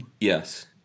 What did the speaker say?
Yes